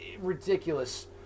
ridiculous